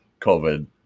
covid